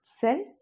cell